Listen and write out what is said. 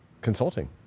Consulting